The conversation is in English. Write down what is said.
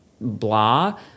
blah